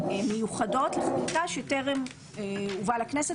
יכול להיות שלא יהיה דיון הבא ולא תהיה ממשלה בוא,